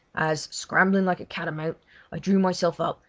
as, scrambling like a catamount, i drew myself up,